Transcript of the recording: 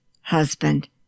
husband